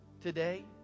today